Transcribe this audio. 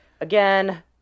Again